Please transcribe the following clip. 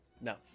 No